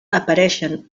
apareixen